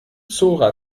zora